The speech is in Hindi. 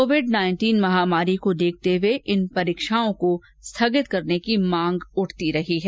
कोविड महामारी को देखते हुए इन परीक्षाओं को स्थगित करने की मांग उठती रही है